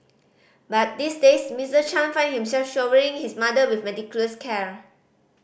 but these days Mister Chan find himself showering his mother with meticulous care